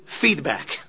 feedback